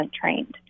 trained